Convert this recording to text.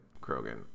Krogan